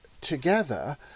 together